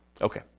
Okay